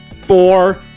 four